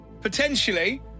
Potentially